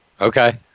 Okay